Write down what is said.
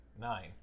Nine